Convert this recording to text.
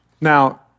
Now